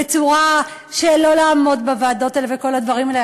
בצורה של לא לעמוד בוועדות האלה וכל הדברים האלה.